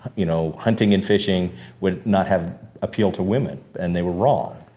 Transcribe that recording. you know hunting and fishing would not have appealed to women and they were wrong.